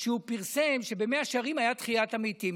שהוא פרסם שבמאה שערים הייתה תחיית המתים,